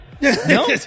No